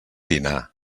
dinar